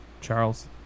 Charles